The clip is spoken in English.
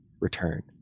return